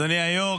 אדוני היו"ר,